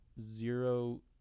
zero